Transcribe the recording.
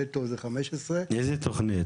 נטו זה 15. איזו תוכנית?